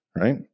right